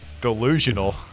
delusional